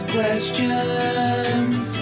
questions